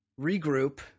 Regroup